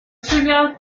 trivial